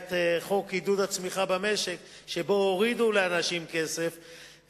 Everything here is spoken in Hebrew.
שבה היה חוק עידוד הצמיחה במשק והורידו לאנשים כסף,